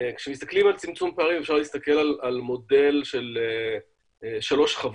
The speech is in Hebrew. כשמסתכלים על צמצום פערים אפשר להסתכל על מודל של שלוש שכבות.